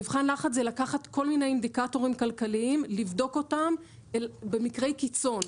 מבחן לחץ זה לקחת כל מיני אינדיקטורים כלכליים ולבדוק אותם במקרי קיצון.